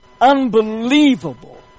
unbelievable